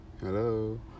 Hello